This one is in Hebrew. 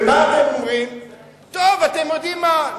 ומה אתם אומרים: טוב, אתם יודעים מה?